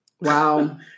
Wow